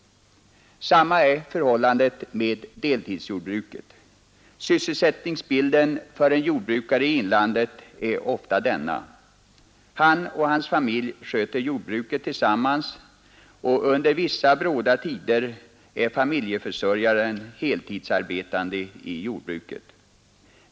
Samma är förhållandet med deltidsjordbruket. Sysselsättningsbilden för en jordbrukare i inlandet är ofta denna. Han och hans familj sköter jordbruket tillsammans, och under vissa bråda tider är familjeförsörjaren heltidsarbetande i jordbruket.